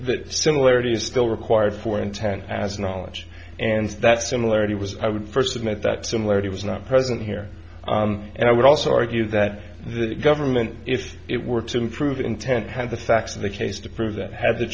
similarity is still required for intent as knowledge and that similarity was i would first admit that similarity was not present here and i would also argue that the government if it were to prove intent had the facts of the case to prove that have the